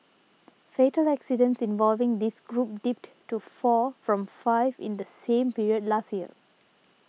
fatal accidents involving this group dipped to four from five in the same period last year